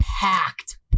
packed